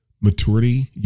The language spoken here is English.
maturity